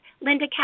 Linda